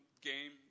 game